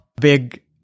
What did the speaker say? big